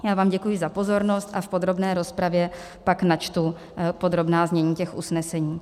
Já vám děkuji za pozornost a v podrobné rozpravě pak načtu podrobná znění těch usnesení.